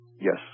Yes